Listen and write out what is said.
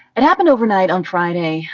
it happened overnight on friday.